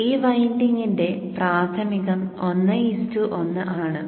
ഈ വൈൻഡിംഗിന്റെ പ്രാഥമികം 1 1 ആണ്